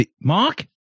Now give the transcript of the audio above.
Mark